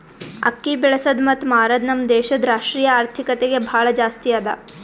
ಅಕ್ಕಿ ಬೆಳಸದ್ ಮತ್ತ ಮಾರದ್ ನಮ್ ದೇಶದ್ ರಾಷ್ಟ್ರೀಯ ಆರ್ಥಿಕತೆಗೆ ಭಾಳ ಜಾಸ್ತಿ ಅದಾ